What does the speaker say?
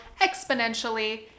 exponentially